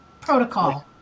protocol